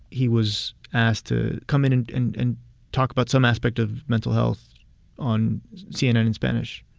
he was asked to come in and in and talk about some aspect of mental health on cnn in spanish,